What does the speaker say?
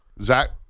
Zach